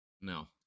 No